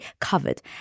covered